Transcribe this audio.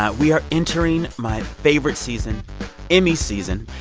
ah we are entering my favorite season emmy season.